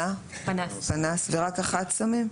ושמים רק אחת?